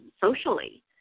socially